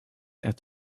out